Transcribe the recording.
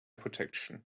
protection